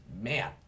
man